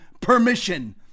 permission